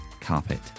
carpet